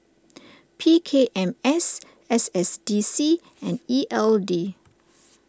P K M S S S D C and E L D